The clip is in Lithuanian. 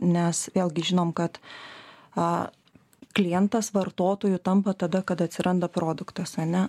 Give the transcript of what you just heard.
nes vėlgi žinom kad a klientas vartotoju tampa tada kada atsiranda produktas ana